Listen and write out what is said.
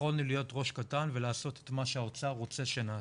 יכולנו להיות ראש קטן ולעשות את מה שהאוצר רוצה שנעשה,